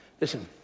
Listen